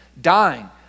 dying